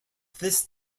this